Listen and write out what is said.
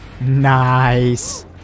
Nice